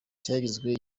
cyagizwe